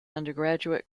undergraduate